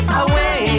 away